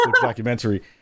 documentary